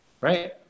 right